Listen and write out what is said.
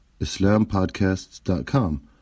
islampodcasts.com